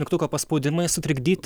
mygtuko paspaudimais sutrikdyt